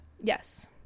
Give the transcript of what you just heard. Yes